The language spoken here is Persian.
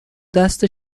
دست